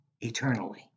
eternally